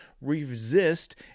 resist